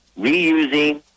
reusing